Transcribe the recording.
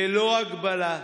ללא הגבלה.